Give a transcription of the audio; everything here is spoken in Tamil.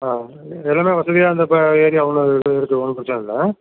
ஆ எல்லாமே வசதியாக அந்த இ ஏரியா ஒன்றும் இருக்குது ஒன்றும் பிரச்சின இல்லை